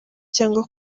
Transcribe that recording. cyangwa